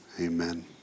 Amen